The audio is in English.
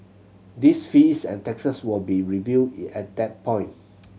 these fees and taxes will be reviewed at that point